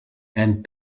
and